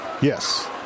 Yes